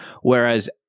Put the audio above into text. Whereas